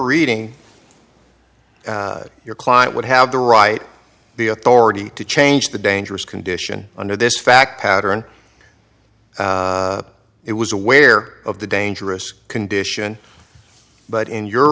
reading your client would have the right the authority to change the dangerous condition under this fact pattern it was aware of the dangerous condition but in your